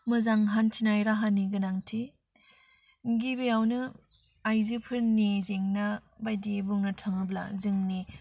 मोजां हान्थिनाय राहानि गोनांथि गिबियावनो आइजोफोरनि जेंना बायदि बुंनो थाङोब्ला जोंनि